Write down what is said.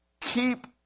keep